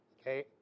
Okay